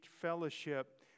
fellowship